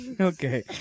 Okay